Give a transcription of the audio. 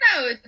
No